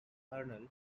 kernel